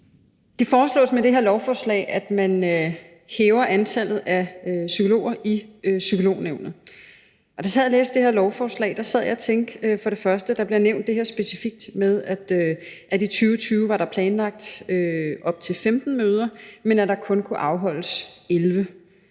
Det foreslås med det her lovforslag, at man hæver antallet af psykologer i Psykolognævnet. Da jeg sad og læste lovforslaget, bemærkede jeg først, at det specifikt bliver nævnt, at der i 2020 var planlagt op til 15 møder, men at der kun kunne afholdes 11.